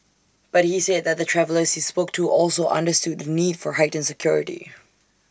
but he said that the travellers he spoke to also understood the need for heightened security